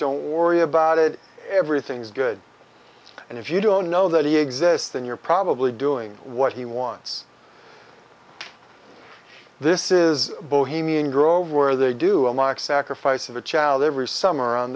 don't worry about it everything's good and if you don't know that he exists then you're probably doing what he wants this is bohemian grove where they do a mock sacrifice of a child every summer on